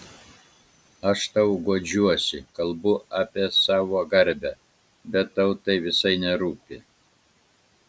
aš tau guodžiuosi kalbu apie savo garbę bet tau tai visai nerūpi